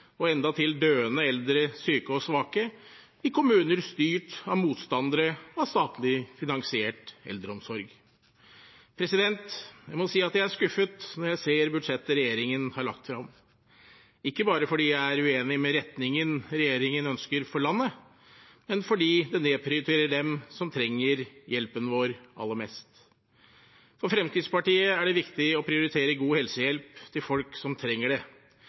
og endatil døende eldre, syke og svake i kommuner styrt av motstandere av statlig finansiert eldreomsorg. Jeg må si jeg er skuffet når jeg ser budsjettet regjeringen har lagt frem – ikke bare fordi jeg er uenig i retningen regjeringen ønsker for landet, men fordi det nedprioriterer dem som trenger hjelpen vår aller mest. For Fremskrittspartiet er det viktig å prioritere god helsehjelp til folk som trenger det.